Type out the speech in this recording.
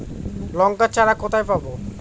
লঙ্কার চারা কোথায় পাবো?